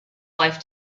life